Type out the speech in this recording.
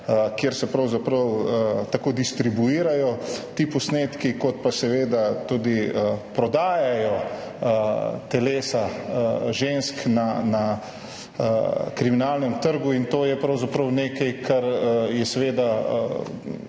kjer se pravzaprav tako distribuirajo ti posnetki kot pa seveda tudi prodajajo telesa žensk na kriminalnem trgu. To je pravzaprav nekaj, kar zahteva